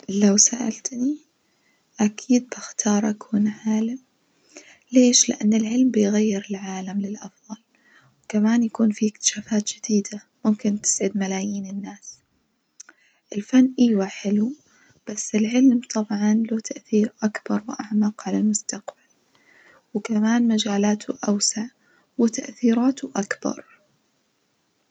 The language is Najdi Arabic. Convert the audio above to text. لو سألتني أكيد بختار أكون عالم، ليش؟ لأن العلم بيغير العالم للأفظل وكمان يكون في إكتشافات جديدة ممكن تسعد ملايين الناس، الفن أيوة حلو بس العلم طبعًا له تأثير أكبر وأعمق على المستقبل، وكمان مجالاته أوسع وتأثيراته أكبر.